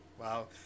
wow